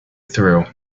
through